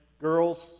girls